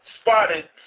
spotted